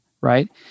right